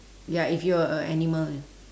ya if you're a animal